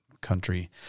country